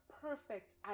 perfect